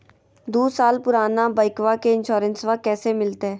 दू साल पुराना बाइकबा के इंसोरेंसबा कैसे मिलते?